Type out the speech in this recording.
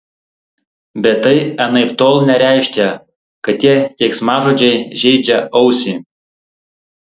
bet tai anaiptol nereiškia kad tie keiksmažodžiai žeidžia ausį